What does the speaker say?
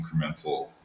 incremental